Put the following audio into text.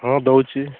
ହଁ ଦେଉଛି